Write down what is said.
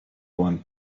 want